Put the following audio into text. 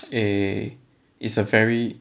eh it's a very